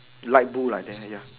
light blue like that ya